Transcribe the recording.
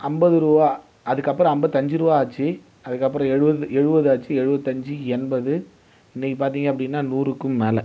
ஐம்பது ரூபா அதுக்கு அப்புறம் ஐம்பத்தி அஞ்சு ரூபா ஆச்சு அதுக்கு அப்புறம் எழுபது எழுபது ஆச்சு எழுபத்தி அஞ்சு எண்பது இன்றைக்கு பார்த்திங்க அப்படின்னா நூறுக்கும் மேல்